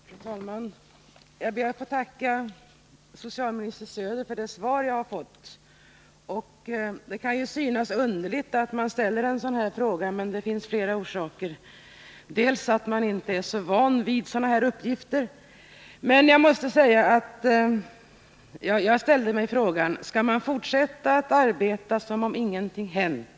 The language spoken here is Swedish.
Fru talman! Jag ber att få tacka socialminister Söder för det svar jag har fått. Det kan ju synas underligt att man ställer en sådan här fråga, men det finns flera skäl till det. Ett är att man inte är så van vid sådana uppgifter som de som lämnats på denna punkt. När jag hörde dem ställde jag mig frågan: Skall utredningen fortsätta att arbeta som om ingenting hänt?